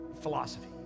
philosophy